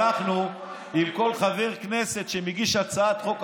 כל חבר כנסת שהגיש הצעת חוק,